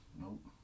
Nope